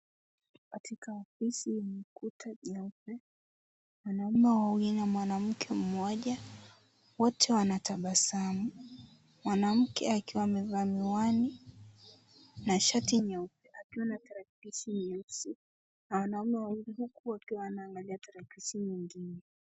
Katika ofisi yenye kuta jeupe, wanaume wawili na mwanamke mmoja, wote wanatabamu, mwanamke akiwa amevaa miwani na shati nyeupe akiwa na tarakilishi nyeusi na wanaume wawili huku wakiwa wanaangalia tarakilishi nyingine.